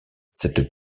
cette